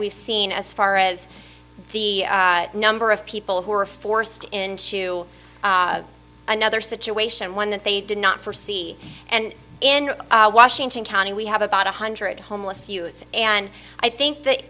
we've seen as far as the number of people who are forced into another situation one that they did not forsee and in washington county we have about one hundred homeless youth and i think that